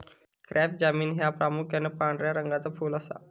crape jasmine ह्या प्रामुख्यान पांढऱ्या रंगाचा फुल असा